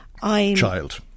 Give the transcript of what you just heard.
child